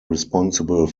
responsible